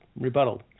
rebuttal